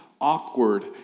awkward